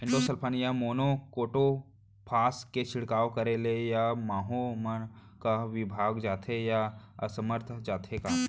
Endosulfan या monocrotophos के छिड़काव करे ले क माहो मन का विभाग जाथे या असमर्थ जाथे का?